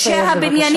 בבקשה.